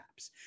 apps